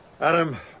Adam